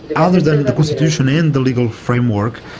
ah other than the constitution and the legal framework,